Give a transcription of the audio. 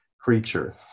creature